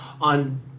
on